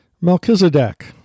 Melchizedek